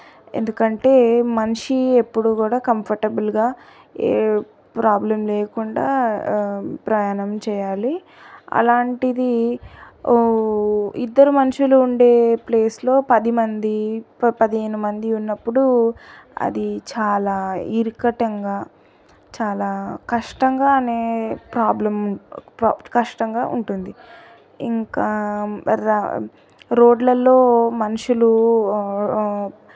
ఎందుకంటే మనిషి ఎప్పుడూ కూడా కంఫర్టబుల్గా ఏ ప్రాబ్లం లేకుండా ప్రయాణం చేయాలి అలాంటిది ఓ ఇద్దరు మనుషులు ఉండే ప్లేస్లో పదిమంది పదిహేను మంది ఉన్నప్పుడు అది చాలా ఇరకటంగా చాలా కష్టంగా అనే ప్రాబ్లం కష్టంగా ఉంటుంది ఇంకా ర రోడ్లలో మనుషులు